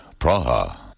Praha